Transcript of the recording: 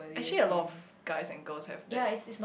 actually a lot of guys and girls have that